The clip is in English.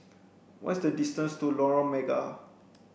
What is the distance to Lorong Mega